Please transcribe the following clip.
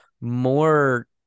more